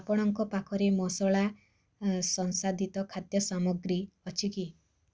ଆପଣଙ୍କ ପାଖରେ ମସଲା ସଂସାଧିତ ଖାଦ୍ୟ ସାମଗ୍ରୀ ଅଛି କି